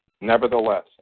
Nevertheless